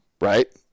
right